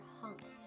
hunt